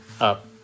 up